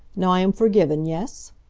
now i am forgiven, yes?